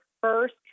first